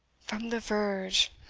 from the verge